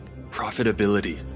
Profitability